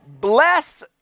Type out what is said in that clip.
bless